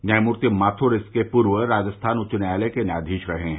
न्यायमूर्ति माथुर इससे पूर्व राजस्थान उच्च न्यायालय के न्यायादीश रहे हैं